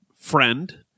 friend